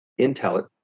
Intel